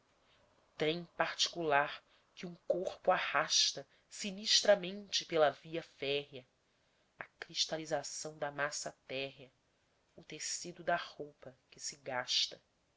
trem particular que um corpo arrasta sinistramente pela via férrea a cristalização da massa térrea o tecido da roupa que se gasta